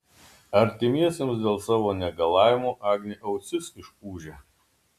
artimiesiems dėl savo negalavimų agnė ausis išūžia